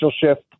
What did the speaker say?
shift